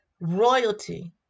royalty